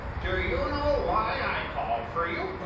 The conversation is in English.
do you know why i called for you?